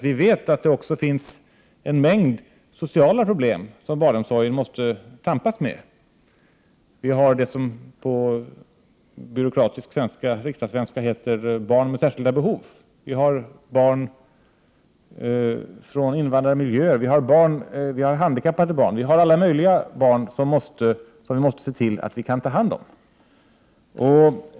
Vi vet att det också finns en mängd sociala problem som barnomsorgen har att tampas med. Det finns — som det heter på byråkratisk riksdagssvenska — ”barn med behov av särskilt stöd”. Det finns barn från invandrarmiljöer, handikappade barn och barn med andra behov som vi måste se till att vi kan ta hand om.